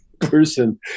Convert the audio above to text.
person